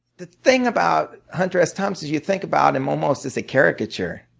the thing about hunter s. thompson is you think about him almost as a caricature.